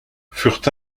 furent